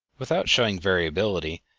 without showing variability,